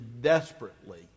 desperately